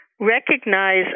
recognize